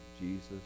Jesus